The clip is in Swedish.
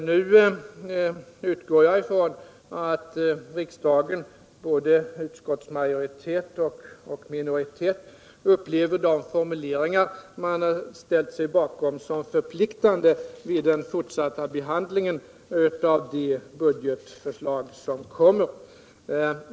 Nu utgår jag ifrån att riksdagen — både utskottsmajoritet och utskottsminoritet — upplever de formuleringar man ställt sig bakom som för pliktande vid den fortsatta behandlingen av det budgetförslag som kommer.